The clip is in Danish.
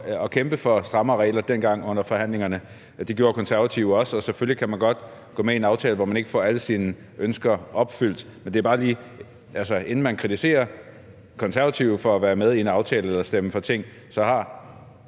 at kæmpe for strammere regler dengang under forhandlingerne. Det gjorde Konservative også, og selvfølgelig kan man godt gå med i en aftale, hvor man ikke får alle sine ønsker opfyldt. Man kritiserer Konservative for at være med i en aftale eller at stemme for ting, men Dansk